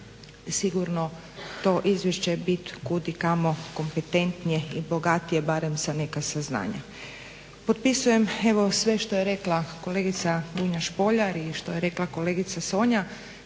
sigurno to izvješće biti kud i kamo kompetentnije i bogatije barem za neka saznanja. Potpisujem evo sve što je rekla kolegica Dunja Špoljar i što je rekla kolegica Sonja